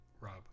rob